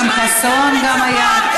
אכרם חסון גם היה.